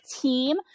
team